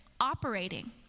operating